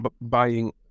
buying